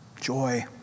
joy